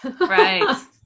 Right